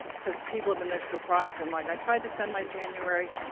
because people have been they're surprised. i'm like i tried to send my january